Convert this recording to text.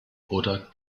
oder